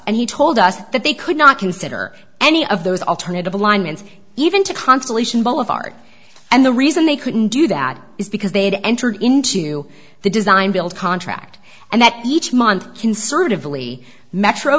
and he told us that they could not consider any of those alternative alignments even to constellation boulevard and the reason they couldn't do that is because they had entered into the design build contract and that each month conservatively metro